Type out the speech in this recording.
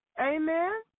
Amen